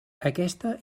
aquesta